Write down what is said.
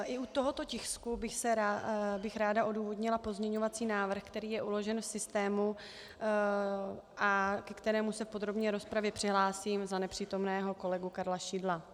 I u tohoto tisku bych ráda odůvodnila pozměňovací návrh, který je uložen v systému a ke kterému se v podrobné rozpravě přihlásím za nepřítomného kolegu Karla Šidla.